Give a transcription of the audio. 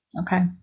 Okay